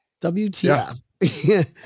WTF